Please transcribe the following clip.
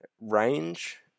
range